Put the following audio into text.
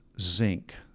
zinc